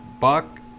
Buck